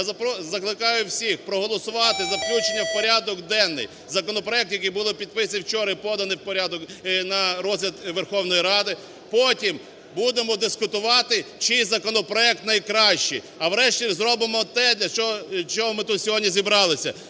я закликаю всіх проголосувати за включення в порядок денний законопроект, який було підписано вчора і поданий на розгляд Верховної Ради. Потім будемо дискутувати, чий законопроект найкращий. А врешті, зробимо те, для чого ми тут сьогодні зібралися